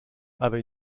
avait